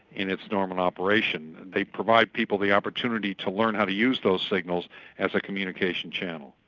in its normal operation. they provide people the opportunity to learn how to use those signals as a communication channel.